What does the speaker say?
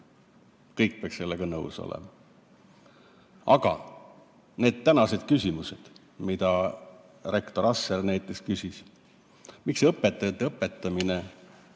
Kõik peaksid sellega nõus olema. Aga need tänased küsimused, mida rektor Asser näiteks küsis: miks õpetajate õpetamine